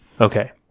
Okay